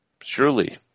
surely